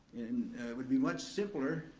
it would be much simpler,